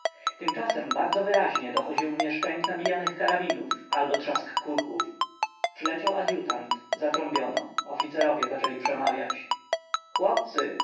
tymczasem bardzo wyraźnie dochodził mnie szczęk nabijanych karabinów albo trzask kurków przyleciał adjutant zatrąbiono oficerowie zaczęli przemawiać